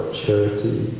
charity